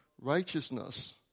righteousness